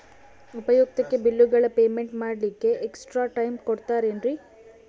ಉಪಯುಕ್ತತೆ ಬಿಲ್ಲುಗಳ ಪೇಮೆಂಟ್ ಮಾಡ್ಲಿಕ್ಕೆ ಎಕ್ಸ್ಟ್ರಾ ಟೈಮ್ ಕೊಡ್ತೇರಾ ಏನ್ರಿ?